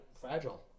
fragile